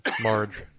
Marge